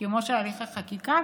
כמו הליך החקיקה,